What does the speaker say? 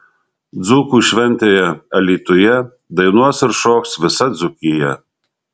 dzūkų šventėje alytuje dainuos ir šoks visa dzūkija